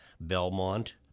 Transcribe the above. Belmont